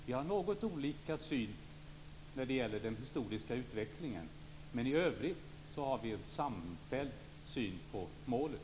Vi har en något olika syn på den historiska utvecklingen, men i övrigt har vi en samfälld syn på målet.